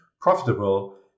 profitable